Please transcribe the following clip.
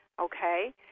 okay